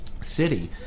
city